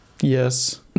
Yes